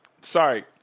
sorry